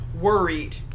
worried